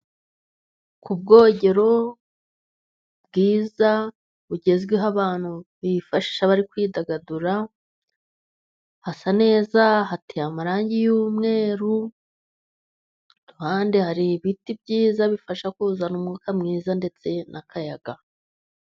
Ku bwogero bwiza bugezweho abantu bifashisha bari kwidagadura, hasa neza, hateye amarangi y'umweru, iruhande hari ibiti byiza bifasha kuzana umwuka mwiza, ndetse n'akayaga.